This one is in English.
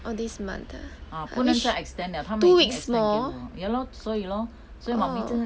on this month ah wh~ two weeks more oh